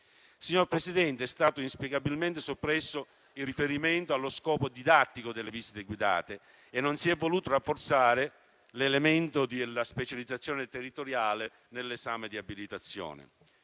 Signor Presidente, è stato inspiegabilmente soppresso il riferimento allo scopo didattico delle visite guidate e non si è voluto rafforzare l'elemento della specializzazione territoriale nell'esame di abilitazione: